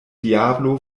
diablo